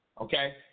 okay